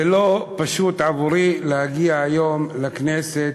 זה לא פשוט עבורי להגיע היום לכנסת,